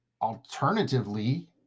Alternatively